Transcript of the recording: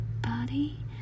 body